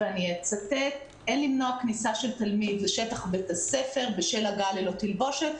אצטט: "אין למנוע כניסה של תלמיד לשטח בית הספר בשל הגעה ללא תלבושת".